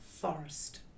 forest